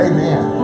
Amen